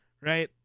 right